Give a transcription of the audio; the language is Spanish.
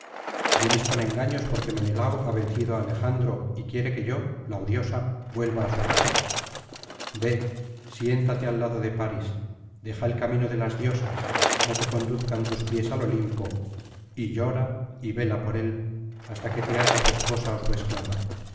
vienes con engaños porque menelao ha vencido á alejandro y quiere que yo la odiosa vuelva á su casa ve siéntate al lado de paris deja el camino de las diosas no te conduzcan tus pies al olimpo y llora y vela por él hasta que te haga su esposa ó su esclava